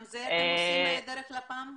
גם זה אתם עושים דרך לפ"מ?